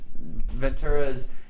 Ventura's